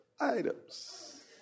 items